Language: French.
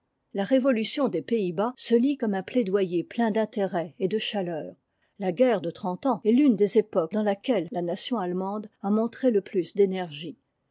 la révolution des pays-bas se lit comme un plaidoyer plein d'intérêt et de chaleur la guerre de trente ans est l'une des époques dans laquelle la nation allemande a montré le plus d'énergie